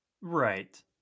Right